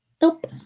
Nope